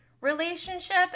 relationship